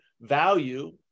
value